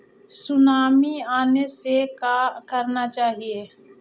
Tsunami आने से का करना चाहिए?